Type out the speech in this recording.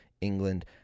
England